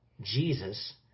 Jesus